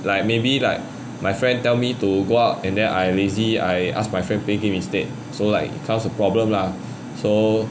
like maybe like my friend tell me to go out and then I lazy I ask my friend play game instead so like cause a problem lah so